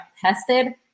tested